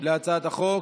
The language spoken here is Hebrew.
להצעת החוק,